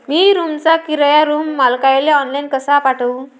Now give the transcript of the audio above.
मी रूमचा किराया रूम मालकाले ऑनलाईन कसा पाठवू?